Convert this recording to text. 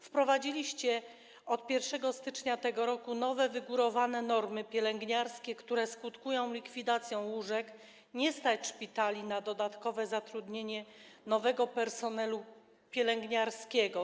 Wprowadziliście od 1 stycznia tego roku nowe, wygórowane normy pielęgniarskie, które skutkują likwidacją łóżek - nie stać szpitali na dodatkowe zatrudnienie nowego personelu pielęgniarskiego.